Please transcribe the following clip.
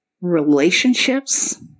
Relationships